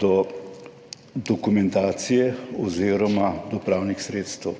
do dokumentacije oziroma do pravnih sredstev.